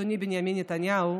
אדוני בנימין נתניהו,